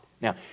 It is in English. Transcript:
Now